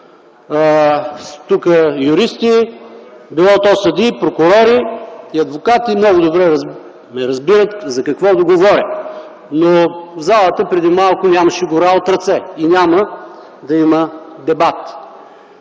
тук – юристи, било то съдии, прокурори и адвокати, много добре разбират за какво говоря. В залата преди малко нямаше гора от ръце и няма да има дебат.